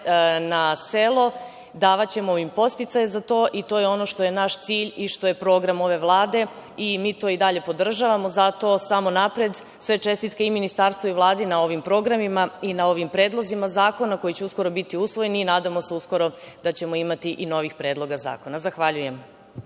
na selo, davaćemo im podsticaj za to i to je ono što je naš cilj i što je program ove Vlade i mi to i dalje podržavamo. Zato samo napred, sve čestitke i Ministarstvu i Vladi na ovim programima i na ovim predlozima zakona koji će uskoro biti usvojeni i nadamo se uskoro da ćemo imati i novih predloga zakona. Zahvaljujem.